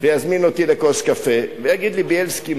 ויזמין אותי לכוס קפה ויגיד לי: בילסקי,